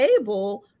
able